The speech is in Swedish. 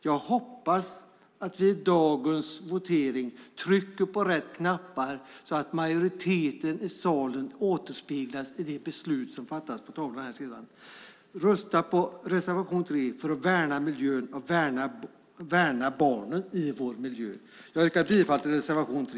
Jag hoppas att vi vid dagens votering trycker på rätt knappar så att majoriteten i salen återspeglas i det beslut som fattas. Rösta på reservation 3 för att värna miljön och värna barnen i vår miljö! Jag yrkar bifall till reservation 3.